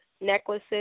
necklaces